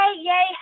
yay